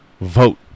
vote